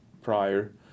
prior